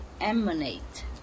emanate